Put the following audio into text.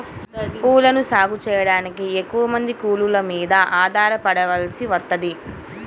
పూలను సాగు చెయ్యడానికి ఎక్కువమంది కూలోళ్ళ మీద ఆధారపడాల్సి వత్తది